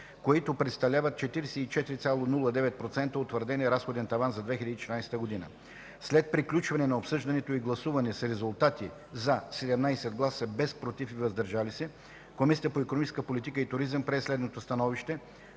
които представляват 44,09% от утвърдения разходен таван за 2014 г. След приключване на обсъждането и гласуване с резултати: „за” 17 гласа, без „против” и „въздържали се”, Комисията по икономическа политика и туризъм прие следното становище: